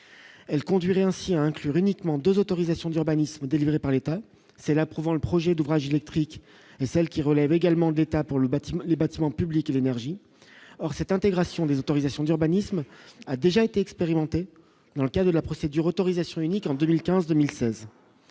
elle conduirait ainsi à inclure uniquement 2 autorisations d'urbanisme délivrés par l'État, c'est l'approuvant le projet d'ouvrage électriques et celle qui relève également d'État pour le bâtiment, les bâtiments publics et l'énergie, or cette intégration des autorisations d'urbanisme a déjà été expérimentée dans le cas de la procédure autorisation unique en 2015, 2016,